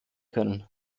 können